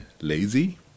lazy